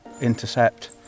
intercept